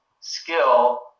skill